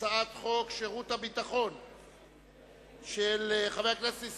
שירות ביטחון (תיקון,